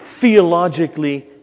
theologically